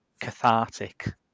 cathartic